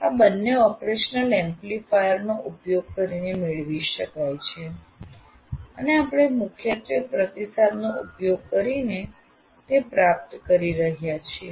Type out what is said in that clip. આ બંને ઓપરેશનલ એમ્પ્લીફાયરનો ઉપયોગ કરીને મેળવી શકાય છે અને આપણે મુખ્યત્વે પ્રતિસાદનો ઉપયોગ કરીને તે પ્રાપ્ત કરી રહ્યા છીએ